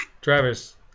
Travis